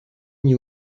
mis